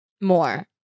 more